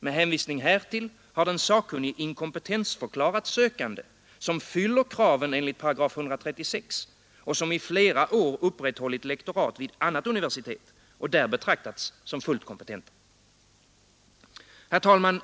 Med hänvisning härtill har den sakkunnige inkompetensförklarat sökande som fyller kraven enligt 136 § och som i flera år upprätthållit lektorat vid annat universitet och där betraktats som fullt kompetent. Herr talman!